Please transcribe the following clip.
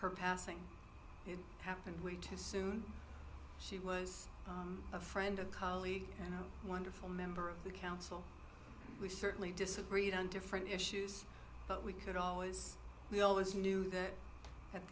her passing it happened way too soon she was a friend a colleague and a wonderful member of the council we certainly disagreed on different issues but we could always we always knew that at